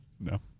No